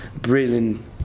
brilliant